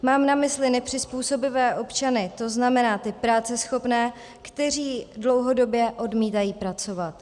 Mám na mysli nepřizpůsobivé občany, to znamená ty práceschopné, kteří dlouhodobě odmítají pracovat.